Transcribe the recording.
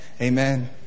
Amen